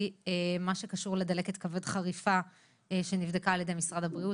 מה שקשור לדלקת כבד חריפה שנבדקה על ידי משרד הבריאות,